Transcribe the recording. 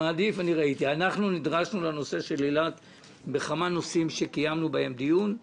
אנחנו לא רוצים שתתחיל לבוא לפה פחות בגלל ששדה דב סגור.